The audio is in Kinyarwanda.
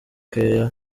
care